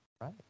Right